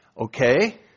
Okay